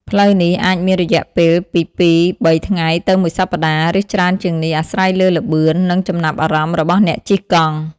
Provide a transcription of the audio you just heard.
ផ្លូវនេះអាចមានរយៈពេលពីពីរបីថ្ងៃទៅមួយសប្តាហ៍ ឬច្រើនជាងនេះ អាស្រ័យលើល្បឿន និងចំណាប់អារម្មណ៍របស់អ្នកជិះកង់។